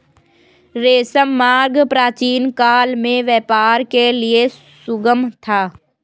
रेशम मार्ग प्राचीनकाल में व्यापार के लिए सुगम था